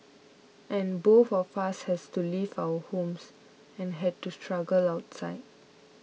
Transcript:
and both of us has to leave our homes and had to struggle outside